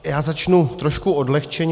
Já začnu trošku odlehčeně.